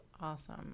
awesome